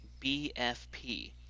bfp